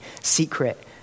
secret